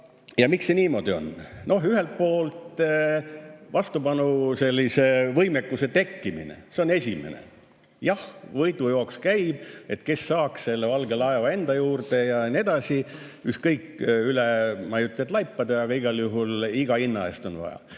Miks see niimoodi on? Ühelt poolt vastupanu, sellise võimekuse tekkimine, see on esimene. Jah, käib võidujooks, et kes saab selle valge laeva enda juurde. Ükskõik kas üle, ma ei ütle, et laipade, aga igal juhul ja iga hinna eest on seda